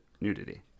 nudity